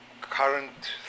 current